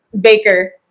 Baker